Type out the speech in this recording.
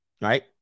Right